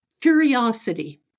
Curiosity